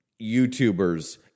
YouTubers